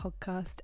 Podcast